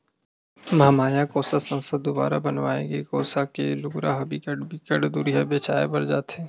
महमाया कोसा संस्था दुवारा बनाए गे कोसा के लुगरा ह बिकट बिकट दुरिहा बेचाय बर जाथे